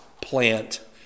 plant